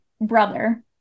brother